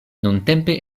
nuntempe